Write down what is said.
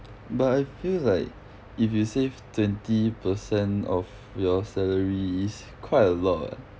but I feel like if you save twenty per cent of your salary is quite a lot [what]